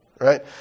right